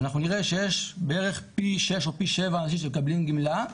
אנחנו נראה שיש בערך פי שש או פי שבע אנשים שמקבלים גמלה,